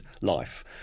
life